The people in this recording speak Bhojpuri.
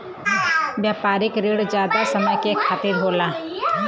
व्यापारिक रिण जादा समय के खातिर होला